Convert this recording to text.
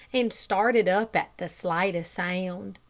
and started up at the slightest sound.